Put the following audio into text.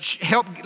help